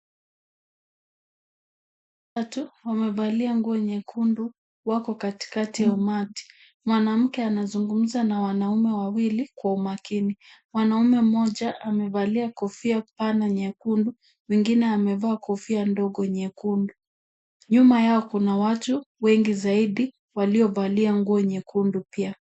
Watu wamevalia nguo nyekundu wako katikati ya umati. Mwanamke anazungumza na wanaume wawili kwa umakini. Mwanaume mmoja amevalia kofia pana nyekundu, wengine amevaa kofia ndogo nyekundu. Nyuma yao kuna watu wengi zaidi waliovalia nguo nyekundu pia.